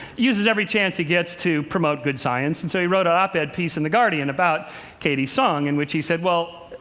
uses every chance he gets to promote good science. and so he wrote an op-ed piece in the guardian about katie's song, in which he said, well,